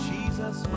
Jesus